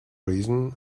reason